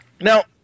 Now